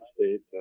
States